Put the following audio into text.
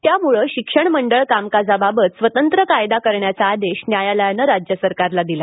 त्यामुळं शिक्षण मंडळ कामकाजाबाबत स्वतंत्र कायदा करण्याचा आदेश न्यायालयानं राज्य सरकारला दिला